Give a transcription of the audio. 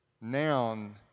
noun